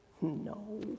No